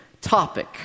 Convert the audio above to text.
topic